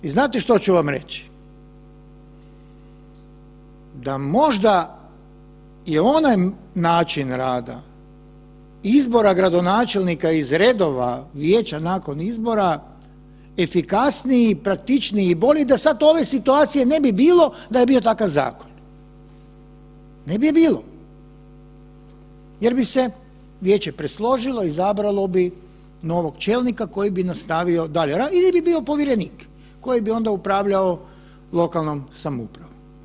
I znate što ću vam reći, da možda je onaj način rada izbora gradonačelnika iz redova vijeća nakon izbora efikasniji i praktičniji i bolji da sada ove situacije ne bi bilo da je bio takav zakon, ne bi je bilo jer bi se vijeće presložilo i izabralo bi novog čelnika koji bi nastavio dalje ili bi bio povjerenik koji bi onda upravljao lokalnom samoupravom.